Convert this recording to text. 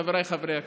חבריי חברי הכנסת,